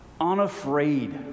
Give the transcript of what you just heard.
Unafraid